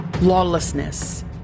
lawlessness